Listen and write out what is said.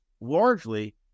largely